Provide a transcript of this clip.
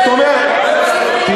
אלה, ומצביעים בעד.